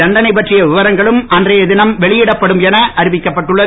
தண்டனை பற்றிய விவரங்களும் அன்றைய தினம் வெளியிடப்படும் என அறிவிக்கப்பட்டுள்ளது